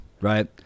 Right